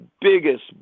biggest